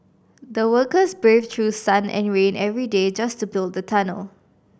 the workers braved through sun and rain every day just to build the tunnel